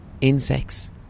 insects